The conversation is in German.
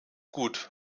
gut